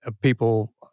People